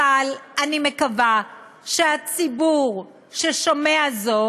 אבל אני מקווה שהציבור ששומע זאת